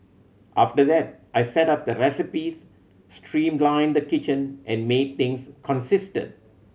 after that I set up the recipes streamlined the kitchen and made things consistent